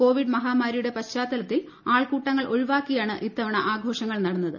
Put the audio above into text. Covid മഹാമാരിയുടെ പ്രിച്ചാത്തലത്തിൽ ആൾക്കൂട്ടങ്ങൾ ഒഴിവാക്കിയാണ് ഇത്തവുണ്ട് ആഘോഷങ്ങൾ നടന്നത്